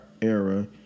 era